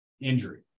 injury